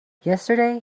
yesterday